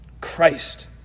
Christ